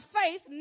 faith